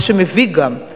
מה שמביא גם,